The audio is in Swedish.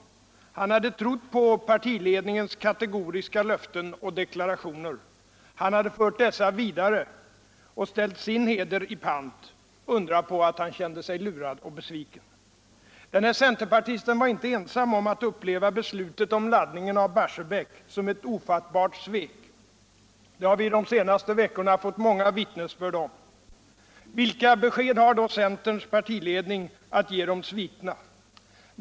Han hade trout på partiledningens kategoriska löften och deklarationer. Han hade fört dessa vidare och ställt sin heder i pant. Undra på att han kände sig turad och besviken. Den här centerpartisten var inte ensam om att uppleva beslutet om laddningen av Barsebäck som eu ofattbart svek. Det har vi de senaste veckorna fått många villnesbörd om. Vilka besked har då centerns partiledning att ge de svikna?